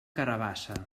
carabassa